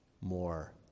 more